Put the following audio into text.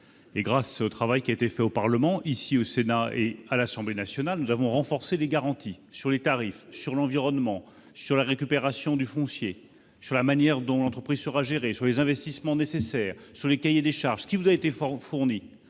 Grâce au travail qui a été accompli au Parlement- au Sénat et à l'Assemblée nationale -, nous avons renforcé les garanties sur les tarifs, l'environnement, la récupération du foncier, la manière dont l'entreprise sera gérée, les investissements nécessaires et le cahier des charges, qui vous a été fourni.